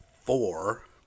four